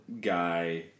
guy